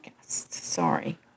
Sorry